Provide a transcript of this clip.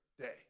day